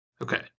Okay